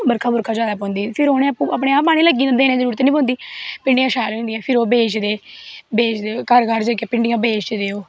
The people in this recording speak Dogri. बरखा बुरखा जादा पौंदी फिर उनेंगी अपने आप पानी लग्गी जंदा उनें देने दी जरूरत नी पौंदी भिंडियां होई जंदियां फिर ओह् बेचदे बेचदे घर घर जाईयै भिंडियां बेचदे ओह्